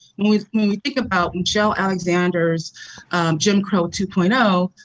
when we think about michelle alexander's jim crow two point you know